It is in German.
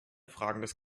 fragendes